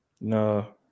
No